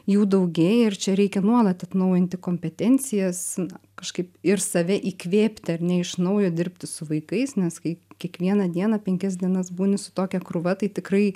jų daugėja ir čia reikia nuolat atnaujinti kompetencijas na kažkaip ir save įkvėpti ar ne iš naujo dirbti su vaikais nes kai kiekvieną dieną penkias dienas būni su tokia krūva tai tikrai